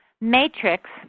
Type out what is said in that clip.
matrix